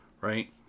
right